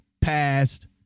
passed